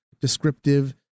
descriptive